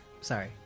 Sorry